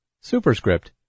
Superscript